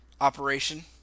Operation